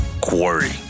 Quarry